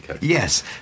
yes